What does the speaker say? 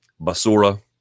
Basura